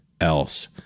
else